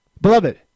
Beloved